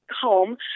home